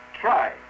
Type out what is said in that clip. Try